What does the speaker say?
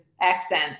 accent